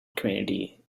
community